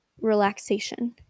relaxation